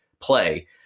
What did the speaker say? play